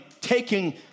taking